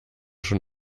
schon